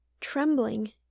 trembling